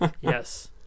yes